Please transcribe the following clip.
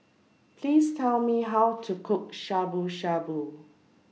Please Tell Me How to Cook Shabu Shabu